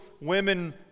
women